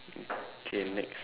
okay next